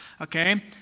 Okay